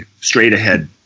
straight-ahead